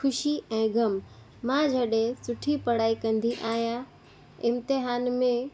ख़ुशी ऐं ग़म मां जॾहिं सुठीं पढ़ाई कंदी आहियां इम्तिहान में